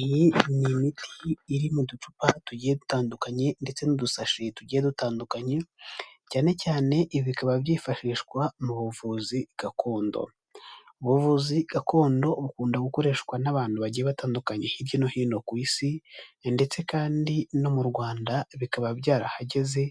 Iyi ni imiti iri mu ducupa tugiye dutandukanye ndetse n'udusashi tugiye dutandukanye, cyane cyane ibi bikaba byifashishwa mu buvuzi gakondo. Ubuvuzi gakondo bukunda gukoreshwa n'abantu bagiye batandukanye hirya no hino ku isi ndetse kandi no mu Rwanda bikaba byarahagaze